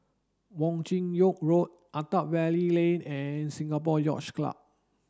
Wong Chin Yoke Road Attap Valley Lane and Singapore Yacht Club